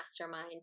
Mastermind